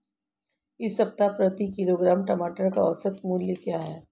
इस सप्ताह प्रति किलोग्राम टमाटर का औसत मूल्य क्या है?